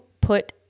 put